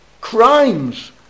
crimes